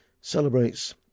celebrates